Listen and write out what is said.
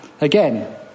again